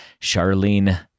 Charlene